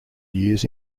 years